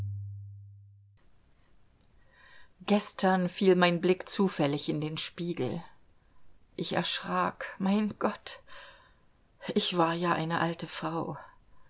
gestern fiel mein blick zufällig in den spiegel ich erschrak mein gott ich war ja eine alte frau